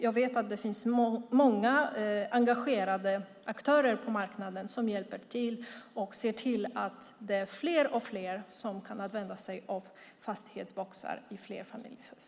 Jag vet att det finns många engagerade aktörer på marknaden som hjälper till och ser till att fler och fler kan använda sig av fastighetsboxar i flerfamiljshus.